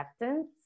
Acceptance